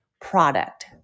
product